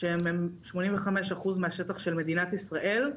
שהן 85% מהשטח של מדינת ישראל.